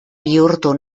bihurtu